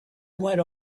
went